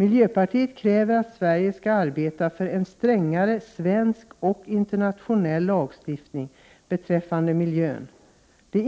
Miljöpartiet kräver att Sverige skall arbeta för en strängare svensk och internationell lagstiftning beträffande miljön. Det